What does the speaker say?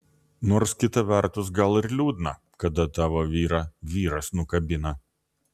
nors kita vertus gal ir liūdna kada tavo vyrą vyras nukabina